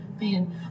man